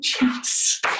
Yes